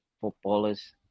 footballers